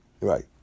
Right